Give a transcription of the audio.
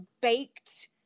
baked